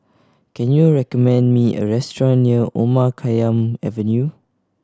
can you recommend me a restaurant near Omar Khayyam Avenue